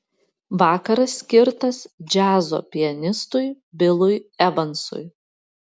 vakaras skirtas džiazo pianistui bilui evansui